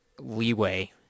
leeway